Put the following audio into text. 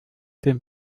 den